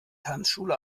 tanzschule